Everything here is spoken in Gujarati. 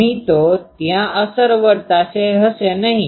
નહીં તો ત્યાં અસર વર્તાશે હશે નહીં